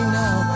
now